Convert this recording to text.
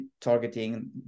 targeting